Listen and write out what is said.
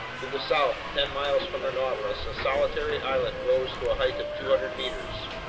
to the south, ten miles from the nautilus, a solitary islet rose to a height of two hundred meters.